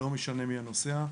לא משנה מי הנוסע.